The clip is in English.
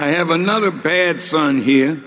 i have another bad son here